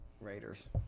Raiders